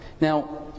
Now